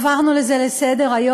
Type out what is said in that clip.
עברנו על זה לסדר-היום.